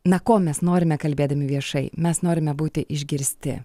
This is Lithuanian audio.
na ko mes norime kalbėdami viešai mes norime būti išgirsti